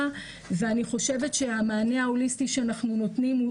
ואני חושבת שהמענה ההוליסטי שאנחנו נותנים,